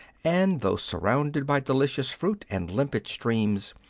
and though sur rounded by delicious fruit and limpid streams,